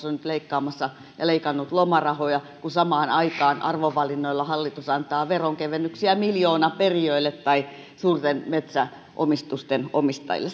on nyt leikkaamassa ja leikannut lomarahoja kun samaan aikaan arvovalinnoilla hallitus antaa veronkevennyksiä miljoonaperijöille tai suurten metsäomistusten omistajille